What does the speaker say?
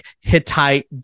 Hittite